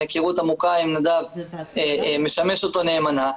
מהיכרות עמוקה עם נדב משמש אותו נאמנה,